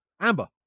Amber